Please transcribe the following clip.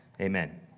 Amen